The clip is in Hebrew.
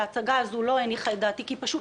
שההצגה הזו לא הניחה את דעתי כי היא פשוט